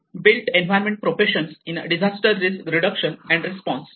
built environment professions in disaster risk reduction and response